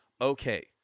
okay